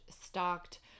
stocked